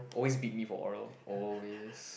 always beat me for oral always